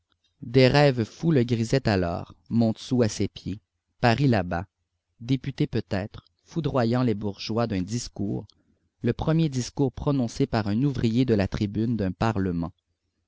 des rêves fous le grisaient alors montsou à ses pieds paris là-bas député peut-être foudroyant les bourgeois d'un discours le premier discours prononcé par un ouvrier à la tribune d'un parlement